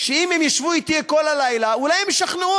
שאם הם ישבו אתי כל הלילה אולי הם ישכנעו